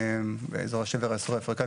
באזור השבר הסורי אפריקאי,